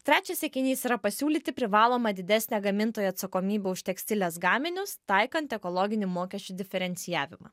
trečias sakinys yra pasiūlyti privalomą didesnę gamintojų atsakomybę už tekstilės gaminius taikant ekologinį mokesčių diferencijavimą